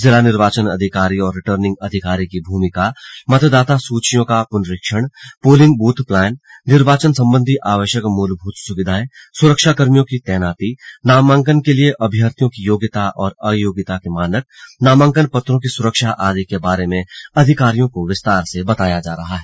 जिला निर्वाचन अधिकारी और रिटर्निंग अधिकारी की भूमिका मतदाता सूचियों का पुनरीक्षण पोलिंग बूथ प्लान निर्वाचन सम्बन्धी आवश्यक मूलभूत सुविधाएं सुरक्षा कर्मियों की तैनाती नामांकन के लिए अभ्यर्थियों की योग्यता और अयोग्यता के मानक नामांकन पत्रों की सुरक्षा आदि के बारे में अधिकारियों को विस्तार से बताया जा रहा है